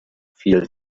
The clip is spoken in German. viel